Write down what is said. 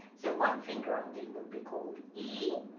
so one finger on d would be called e,